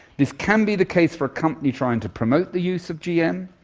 this can be the case for a company trying to promote the use of gm,